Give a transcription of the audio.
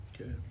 Okay